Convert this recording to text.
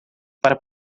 para